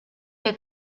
que